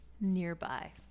nearby